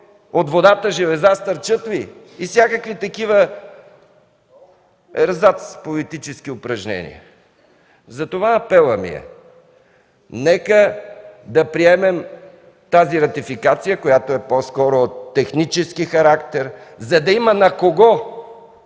от водата железа стърчат ли? И всякакви такива ерзац политически упражнения. Затова апелът ми е: нека да приемем тази ратификация, която е по-скоро от технически характер, за да има на кого